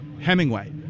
hemingway